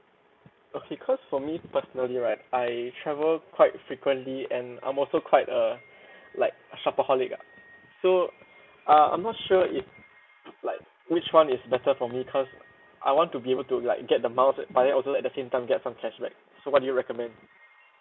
okay cause for me personally right I travel quite frequently and I'm also quite a like shopaholic ah so uh I'm not sure if like which one is better for me cause I want to be able to like get the miles but then also at the same time get some cashback so what do you recommend